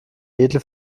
edle